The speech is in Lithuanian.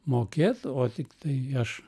mokėt o tiktai aš